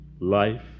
Life